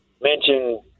mention